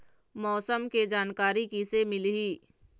मौसम के जानकारी किसे मिलही?